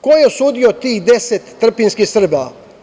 Ko je osudio tih 10 trpinjskih Srba?